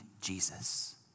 Jesus